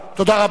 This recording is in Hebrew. תודה רבה.